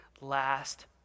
last